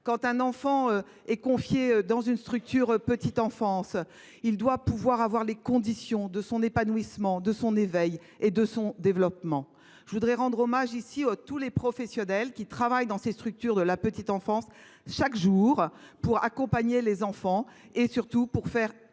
Quand un enfant est confié à une structure de la petite enfance, il doit pouvoir y trouver les conditions de son épanouissement, de son éveil et de son développement. Je voudrais rendre hommage, ici, à tous les professionnels qui travaillent chaque jour dans ces structures de la petite enfance pour accompagner les enfants et améliorer les